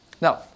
Now